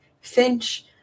Finch